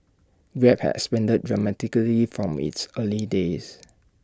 grab has expanded dramatically from its early days